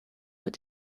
were